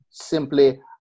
simply